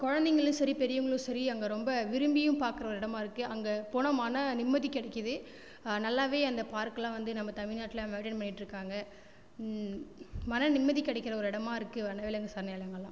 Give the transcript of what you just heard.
குழந்தைங்களும் சரி பெறியவங்களும் சரி அங்க ரொம்ப விரும்பியும் பார்க்கற ஒரு இடமா இருக்கு அங்கே போனால் மன நிம்மதி கிடைக்குது நல்லாவே அந்த பார்க்லாம் வந்து நம்ம தமிழ்நாட்டில மெயின்டைன் பண்ணிட்டுருக்காங்க மன நிம்மதி கிடைக்குற ஒரு இடமா இருக்கு வனவிலங்கு சரணாலயங்கள்லாம்